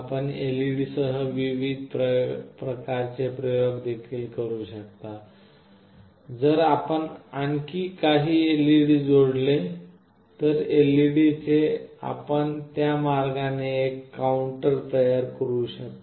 आपण LED सह विविध प्रकारचे प्रयोग देखील करू शकता जर आपण आणखी काही LED जोडले तर LED चे आपण त्या मार्गाने एक काउंटर तयार करू शकता